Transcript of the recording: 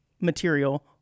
material